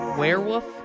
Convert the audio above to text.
werewolf